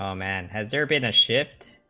um and has there been a shift